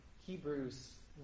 Hebrews